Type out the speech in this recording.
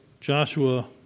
Joshua